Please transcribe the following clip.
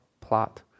plot